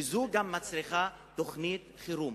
וזה מצריך תוכנית חירום,